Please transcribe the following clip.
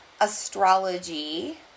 astrology